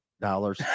dollars